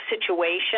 situation